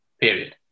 period